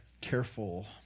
careful